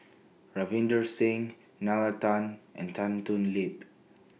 Ravinder Singh Nalla Tan and Tan Thoon Lip